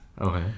okay